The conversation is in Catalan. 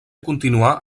continuà